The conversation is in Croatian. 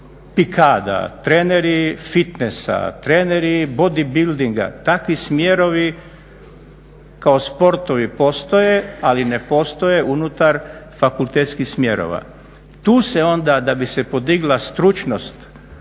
pikada, treneri fitnesa, treneri body buildinga takvi smjerovi kao sportovi postoje, ali ne postoje unutar fakultetskih smjerova. Tu se onda da bi se podigla stručnost